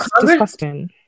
disgusting